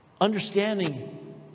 understanding